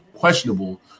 questionable